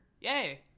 Yay